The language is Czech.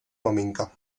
maminka